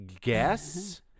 guess